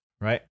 Right